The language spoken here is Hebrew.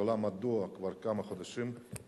רצוני לשאול: 1. מדוע כבר כמה חודשים אין